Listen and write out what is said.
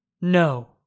No